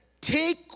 take